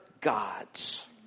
gods